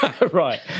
Right